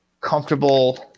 comfortable